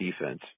defense